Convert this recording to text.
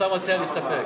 השר מציע להסתפק.